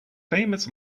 famous